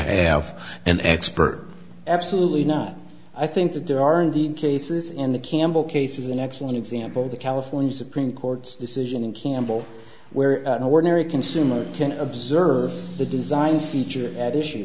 have an expert absolutely not i think that there are indeed cases in the campbell case is an excellent example of the california supreme court's decision in campbell where an ordinary consumer can observe the design feature at issue